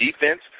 defense